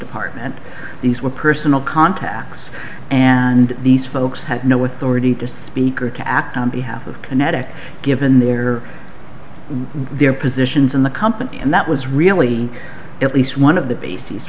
department these were personal contacts and these folks had no authority to speak or to act on behalf of kinetic given their their positions in the company and that was really at least one of the b